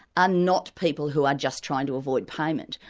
are not people who are just trying to avoid payment.